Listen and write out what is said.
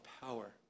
power